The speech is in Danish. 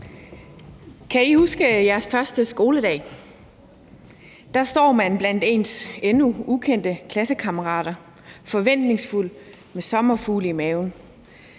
Kan I huske jeres første skoledag? Der står man blandt ens endnu ukendte klassekammerater, forventningsfuld og med sommerfugle i maven,